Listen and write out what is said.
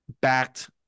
backed